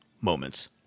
moments